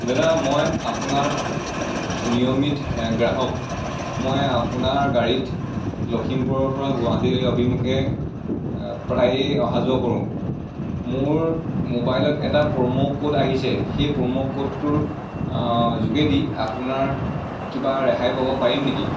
দাদা মই আপোনাৰ নিয়মিত গ্ৰাহক মই আপোনাৰ গাড়ীত লখিমপুৰৰ পৰা গুৱাহাটী অভিমুখে প্ৰায়ে অহা যোৱা কৰোঁ মোৰ ম'বাইলত এটা প্ৰ'মো কোড আহিছে সেই প্ৰ'মো কোডটোৰ আ যোগেদি আপোনাৰ কিবা ৰেহাই পাব পাৰিম নেকি